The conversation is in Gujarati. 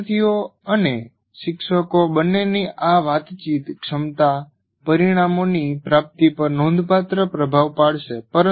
વિદ્યાર્થીઓ અને શિક્ષકો બંનેની આ વાતચીત ક્ષમતા પરિણામોની પ્રાપ્તિ પર નોંધપાત્ર પ્રભાવ પાડશે